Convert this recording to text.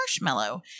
marshmallow